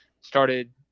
started